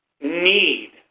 need